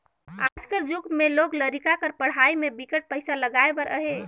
आज कर जुग में लोग लरिका कर पढ़ई में बिकट पइसा लगाए बर अहे